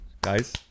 guys